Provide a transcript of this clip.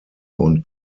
und